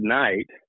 night